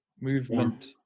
movement